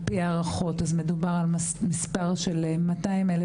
על פי הערכות מדובר על מספר של 200,000